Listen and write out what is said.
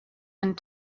and